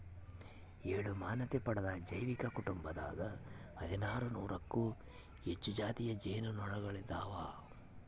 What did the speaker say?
ಏಳು ಮಾನ್ಯತೆ ಪಡೆದ ಜೈವಿಕ ಕುಟುಂಬದಾಗ ಹದಿನಾರು ನೂರಕ್ಕೂ ಹೆಚ್ಚು ಜಾತಿಯ ಜೇನು ನೊಣಗಳಿದಾವ